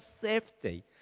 safety